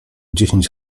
dziesięć